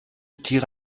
tiere